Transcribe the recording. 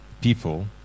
people